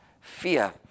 fear